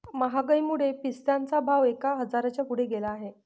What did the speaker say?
महागाईमुळे पिस्त्याचा भाव एक हजाराच्या पुढे गेला आहे